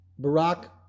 Barack